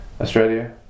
Australia